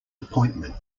appointment